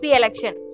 election